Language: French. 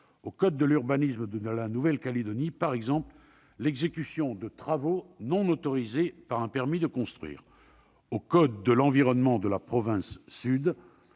au code de l'urbanisme de la Nouvelle-Calédonie, comme l'exécution de travaux non autorisés par un permis de construire, ou au code de l'environnement de la province Sud,